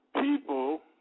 people